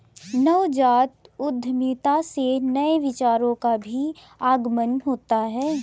नवजात उद्यमिता से नए विचारों का भी आगमन होता है